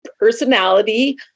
personality